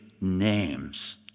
names